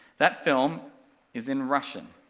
that film is in russian,